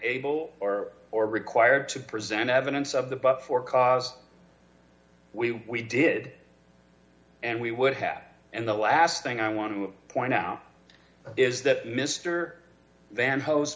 able or or required to present evidence of the but for cause we we did and we would have and the last thing i want to point out is that mr van host